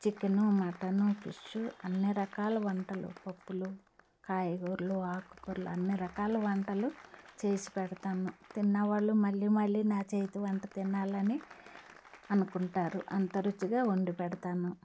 chicken mutton fish అన్నీ రకాల వంటలు పప్పులు కాయగూరలు ఆకు కూరలు అన్నీ రకాల వంటలు చేసి పెడతాను తిన్నావాళ్ళు మళ్ళీ మళ్ళీ నా చేతి వంట తినాలని అనుకుంటారు అంత రుచిగా వండి పెడతాను